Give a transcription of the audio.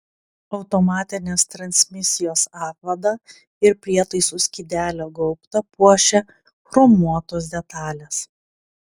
automatinės transmisijos apvadą ir prietaisų skydelio gaubtą puošia chromuotos detalės